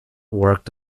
worked